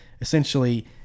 essentially